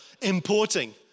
importing